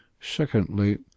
Secondly